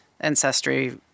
Ancestry